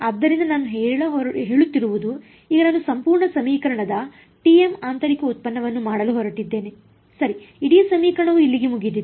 ಆದ್ದರಿಂದ ನಾನು ಹೇಳುತ್ತಿರುವುದು ಈಗ ನಾನು ಸಂಪೂರ್ಣ ಸಮೀಕರಣದ tm ಆಂತರಿಕ ಉತ್ಪನ್ನವನ್ನು ಮಾಡಲು ಹೊರಟಿದ್ದೇನೆ ಸರಿ ಇಡೀ ಸಮೀಕರಣವು ಇಲ್ಲಿಗೆ ಮುಗಿದಿದೆ